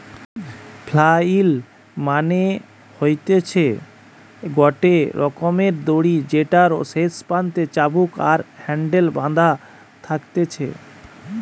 flail মানে হতিছে গটে রকমের দড়ি যেটার শেষ প্রান্তে চাবুক আর হ্যান্ডেল বাধা থাকতিছে